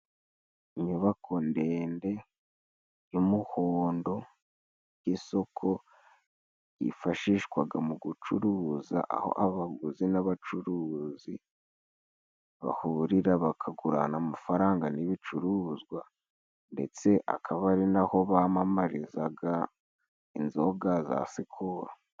Inyubako ndende y'umuhondo y'isoko, yifashishwaga mu gucuruza, aho abaguzi n'abacuruzi bahurira bakagurana amafaranga n'ibicuruzwa, ndetse akaba ari na ho bamamarizaga inzoga za sekoro.